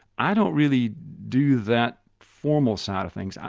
i don't really do that formal side of things,